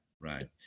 Right